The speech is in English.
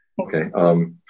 Okay